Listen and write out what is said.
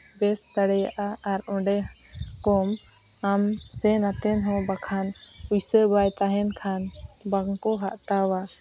ᱵᱮᱥ ᱫᱟᱲᱮᱭᱟᱜᱼᱟ ᱟᱨ ᱚᱸᱰᱮ ᱠᱷᱚᱱ ᱟᱢ ᱥᱮᱱᱟᱛᱮᱫ ᱦᱚᱸ ᱵᱟᱠᱷᱟᱱ ᱯᱩᱭᱥᱟᱹ ᱵᱟᱭ ᱛᱟᱦᱮᱱ ᱠᱷᱟᱱ ᱵᱟᱝᱠᱚ ᱦᱟᱜᱛᱟᱣᱟ